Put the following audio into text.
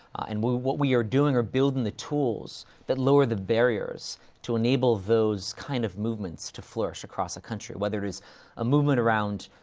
and we, what we are doing are building the tools that lower the barriers to enable those kind of movements of flourish across a country. whether it is a movement around,